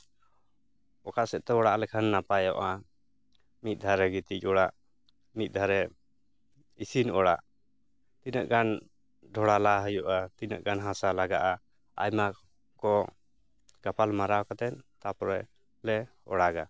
ᱚᱠᱟ ᱥᱮᱫᱛᱮ ᱚᱲᱟᱜ ᱞᱮᱠᱷᱟᱱ ᱱᱟᱯᱟᱭᱚᱜᱼᱟ ᱢᱤᱫ ᱫᱷᱟᱨᱮ ᱜᱤᱛᱤᱡ ᱚᱲᱟᱜ ᱢᱤᱫ ᱫᱷᱟᱨᱮ ᱤᱥᱤᱱ ᱚᱲᱟᱜ ᱛᱤᱱᱟᱹᱜ ᱜᱟᱱ ᱰᱷᱚᱲᱟ ᱞᱟ ᱦᱩᱭᱩᱜᱼᱟ ᱛᱤᱱᱟᱹᱜ ᱜᱟᱱ ᱦᱟᱥᱟ ᱞᱟᱜᱟᱜᱼᱟ ᱟᱭᱢᱟ ᱠᱚ ᱜᱟᱯᱟᱞ ᱢᱟᱨᱟᱣ ᱠᱟᱛᱮ ᱛᱟᱨᱯᱚᱨᱮ ᱞᱮ ᱚᱲᱟᱜᱟ